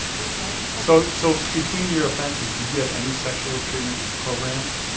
i'm sorry. so so between your offenses, did you have any sexual treatment programs,